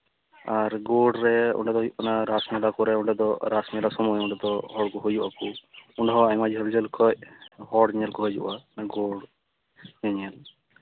ᱟᱨ ᱜᱳᱲ ᱨᱮ ᱚᱸᱰᱮ ᱫᱚ ᱦᱩᱭᱩᱜ ᱠᱟᱱᱟ ᱨᱟᱥ ᱢᱮᱞᱟ ᱠᱚᱨᱮᱜ ᱚᱸᱰᱮ ᱫᱚ ᱨᱟᱥ ᱢᱮᱞᱟ ᱥᱚᱢᱚᱭ ᱚᱸᱰᱮ ᱫᱚ ᱦᱚᱲ ᱠᱚ ᱦᱩᱭᱩᱜ ᱟᱠᱚ ᱚᱸᱰᱮ ᱦᱚᱸ ᱟᱭᱢᱟ ᱡᱷᱟᱹᱞ ᱡᱷᱟᱹᱞ ᱠᱷᱚᱡ ᱦᱚᱲ ᱧᱮᱞ ᱠᱚ ᱦᱤᱡᱩᱜᱼᱟ ᱜᱳᱲ ᱧᱮᱧᱮᱞ